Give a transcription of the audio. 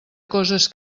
coses